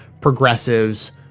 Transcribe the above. progressives